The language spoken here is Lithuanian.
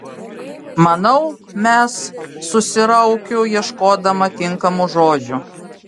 manau mes susiraukiu ieškodama tinkamų žodžių